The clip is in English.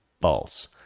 false